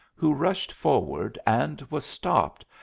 who rushed forward, and was stopped,